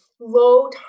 low